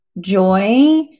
joy